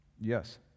Yes